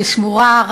ששמורה,